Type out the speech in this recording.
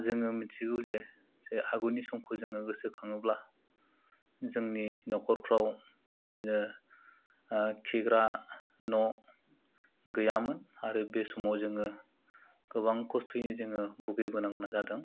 जोङो मिथिगौजे जे आगुनि समखौ जोङो गोसो खाङोब्ला जोंनि नखरफ्राव बेबायदिनो खिग्रा न' गैयामोन आरो बे समाव जोङो गोबां खस्थ'यै जोङो भुगि बोनांनो गोनां जादों